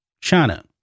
China